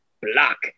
Block